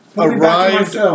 Arrived